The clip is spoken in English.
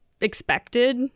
expected